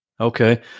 Okay